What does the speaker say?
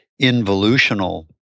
involutional